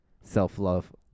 self-love